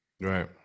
right